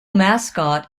mascot